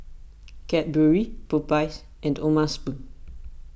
Cadbury Popeyes and O'ma Spoon